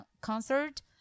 concert